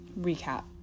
recap